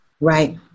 Right